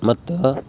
ಮತ್ತು